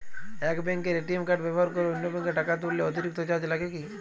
এক ব্যাঙ্কের ATM card ব্যবহার করে অন্য ব্যঙ্কে টাকা তুললে অতিরিক্ত চার্জ লাগে কি?